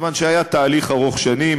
כיוון שהיה תהליך ארוך-שנים,